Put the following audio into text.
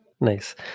Nice